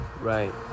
Right